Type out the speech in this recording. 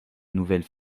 nouvelles